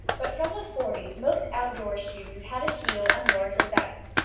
but from the forties most outdoor shoes had a heel and large rosettes.